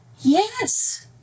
Yes